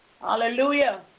Hallelujah